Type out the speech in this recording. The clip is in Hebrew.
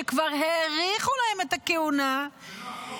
שכבר האריכו להם את הכהונה -- זה לא החוק.